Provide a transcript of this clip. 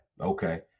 Okay